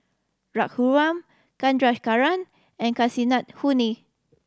Raghuram Chandrasekaran and Kasinadhuni